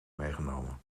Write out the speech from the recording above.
meegenomen